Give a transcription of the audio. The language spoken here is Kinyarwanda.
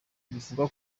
bivugwa